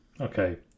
Okay